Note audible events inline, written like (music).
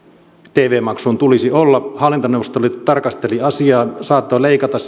tv maksun tulisi olla hallintoneuvosto tarkasteli asiaa saattoi leikata (unintelligible)